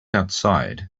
outside